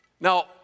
Now